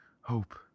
hope